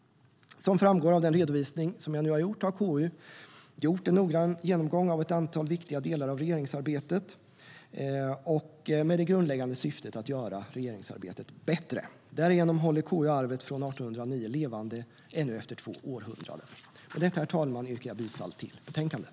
Som framgår av den redovisning jag nu har gjort har KU gjort en noggrann genomgång av ett antal viktiga delar av regeringsarbetet med det grundläggande syftet att göra regeringsarbetet bättre. Därigenom håller KU arvet från 1809 levande ännu efter två århundraden. Med detta, herr talman, yrkar jag på godkännande av utskottets anmälan.